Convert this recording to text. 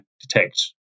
detect